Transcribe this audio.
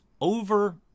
over